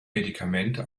medikamente